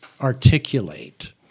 articulate